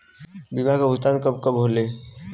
बीमा के भुगतान कब कब होले?